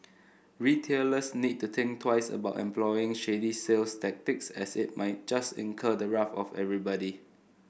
retailers need to think twice about employing shady sales tactics as it might just incur the wrath of everybody